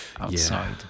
outside